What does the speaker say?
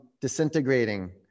disintegrating